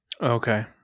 okay